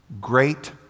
Great